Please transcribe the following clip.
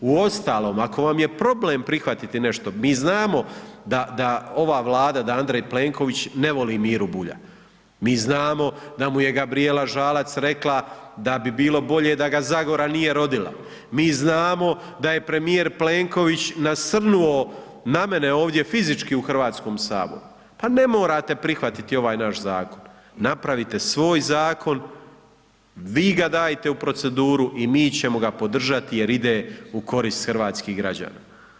Uostalom, ako vam je problem prihvatiti nešto, mi znamo da ova Vlada, da Andrej Plenković ne voli Miru Bulja, mi znamo da mu je Gabrijela Žalac rekla da bi bilo bolje da ga Zagora nije rodila, mi znamo da je premijer Plenković nasrnuo na mene ovdje fizički u HS, pa ne morate prihvatiti ovaj naš zakon, napravite svoj zakon, vi ga dajte u proceduru i mi ćemo ga podržati jer ide u korist hrvatskih građana.